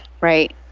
Right